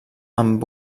amb